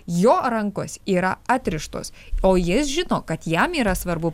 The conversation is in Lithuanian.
jo rankos yra atrištos o jis žino kad jam yra svarbu